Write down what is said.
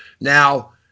Now